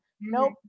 Nope